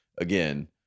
again –